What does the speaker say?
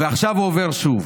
עכשיו הוא עובר שוב,